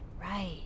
Right